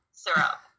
syrup